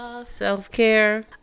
Self-care